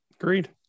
agreed